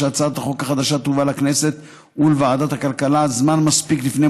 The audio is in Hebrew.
שהצעת החוק החדשה תובא לכנסת ולוועדת הכלכלה זמן מספיק לפני